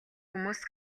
хүмүүс